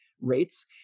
rates